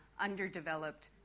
Underdeveloped